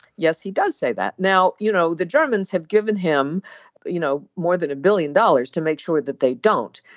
yes he does say that now you know the germans have given him you know more than a billion dollars to make sure that they don't.